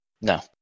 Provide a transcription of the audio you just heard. No